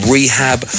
Rehab